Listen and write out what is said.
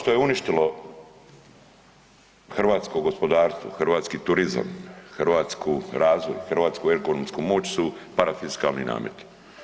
Ono što je uništilo hrvatsko gospodarstvo, hrvatski turizam, hrvatski razvoj, hrvatsku ekonomsku moć su parafiskalni nameti.